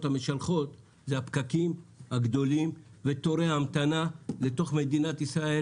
המשלחות זה הפקקים הגדולים ותורי ההמתנה לתוך מדינת ישראל.